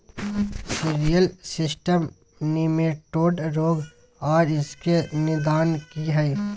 Cereal system nematode रोग आर इसके निदान की हय?